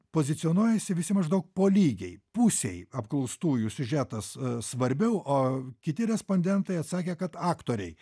pozicionuojasi visi maždaug po lygiai pusei apklaustųjų siužetas svarbiau o kiti respondentai atsakė kad aktoriai